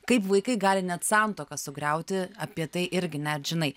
kaip vaikai gali net santuoką sugriauti apie tai irgi net žinai